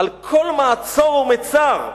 "על כל מעצור ומצר".